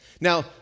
Now